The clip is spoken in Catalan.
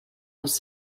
les